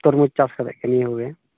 ᱛᱚᱨᱢᱩᱡᱽ ᱪᱟᱥ ᱠᱟᱫᱟ ᱱᱤᱭᱟᱹᱜᱮ